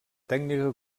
tècnica